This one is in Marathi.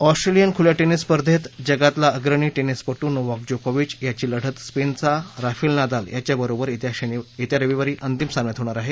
ऑस्ट्रेलियन खुल्या टेनिस स्पर्धेत जगातला अग्रणी टेनिसपटू नोवाक जोकोविच याची लढत स्पेनचा राफेल नदाल याच्याबरोबर येत्या रविवारी अंतिम सामन्यात होणार आहे